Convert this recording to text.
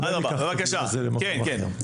אולי ניקח את הדיון הזה למקום אחר?